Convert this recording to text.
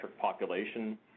population